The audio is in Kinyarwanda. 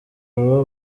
vuba